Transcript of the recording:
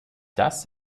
das